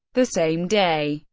the same day,